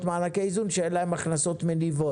מענקי איזון היא שאין להן הכנסות מניבות.